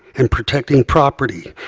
and protecting property,